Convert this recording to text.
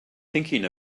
thinking